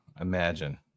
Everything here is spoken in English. Imagine